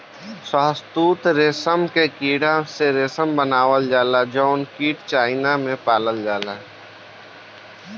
शहतूत रेशम के कीड़ा से रेशम बनावल जाला जउन कीट चाइना में पालल जाला